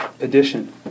edition